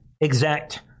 exact